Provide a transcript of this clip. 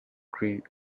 grin